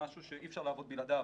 כמשהו שאי אפשר לעבוד בלעדיו.